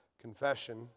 Confession